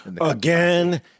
Again